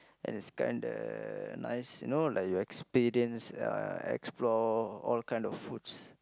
and is kinda nice you know like you experience uh explore all kinds of foods